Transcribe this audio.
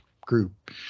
group